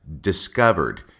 discovered